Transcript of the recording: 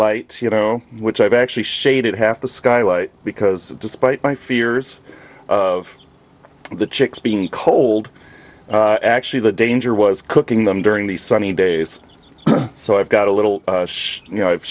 light you know which i've actually shaded half the sky light because despite my fears of the chicks being cold actually the danger was cooking them during the sunny days so i've got a little you know